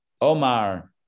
Omar